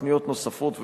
תוכניות נוספות,